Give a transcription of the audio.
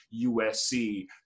USC